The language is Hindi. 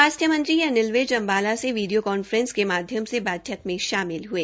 स्वास्थ्य मंत्री अनिल विज अम्बाला से वीडियो कांफ्रेस के माध्यम से बैठक में शामिल हए